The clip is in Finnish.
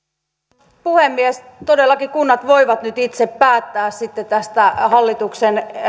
arvoisa puhemies todellakin kunnat voivat nyt itse päättää sitten tästä hallituksen